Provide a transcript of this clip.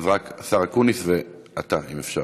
אז רק השר אקוניס, ואתה, אם אפשר.